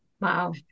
Wow